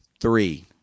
Three